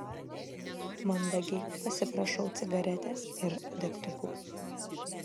mandagiai pasiprašau cigaretės ir degtukų